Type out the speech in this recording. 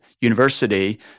university